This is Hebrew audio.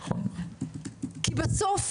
בסוף,